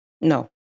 No